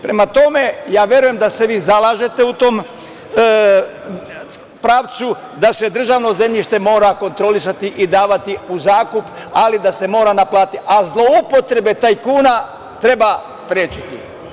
Prema tome, verujem da se vi zalažete u tom pravcu, da se državno zemljište mora kontrolisati i davati u zakup, ali da se mora naplatiti, a zloupotrebe tajkuna treba sprečiti.